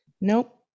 Nope